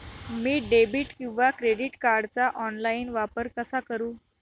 मी debit किंवा credit कार्डचा online वापर कसा करु?